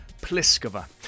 Pliskova